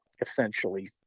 essentially